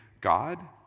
God